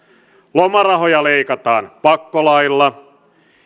lomarahoja leikataan pakkolailla